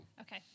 Okay